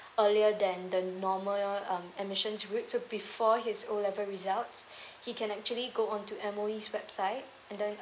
earlier than the normal um admissions route to before his O level results he can actually go on to M_O_E website and then